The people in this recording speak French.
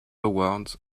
awards